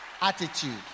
attitude